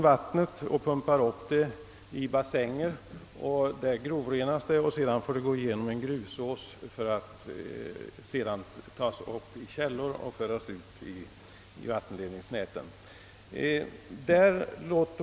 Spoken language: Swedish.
Vattnet pumpas upp till bassänger där det grovrenas, varefter det får gå igenom en grusås för att sedan tas upp i källor innan det förs ut i vattenledningarna.